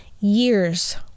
years